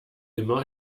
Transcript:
immer